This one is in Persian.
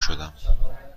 شدم